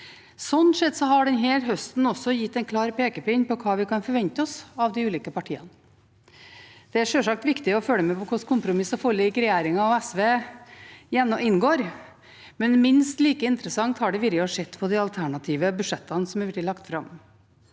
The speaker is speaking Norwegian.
Slik sett har denne høsten også gitt en klar pekepinn på hva vi kan forvente oss av de ulike partiene. Det er sjølsagt viktig å følge med på hva slags kompromisser og forlik regjeringen og SV inngår, men minst like interessant har det vært å se på de alternative budsjettene som er blitt lagt fram.